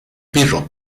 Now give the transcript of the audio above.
pirro